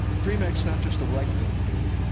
dream act is not just the right thing to do.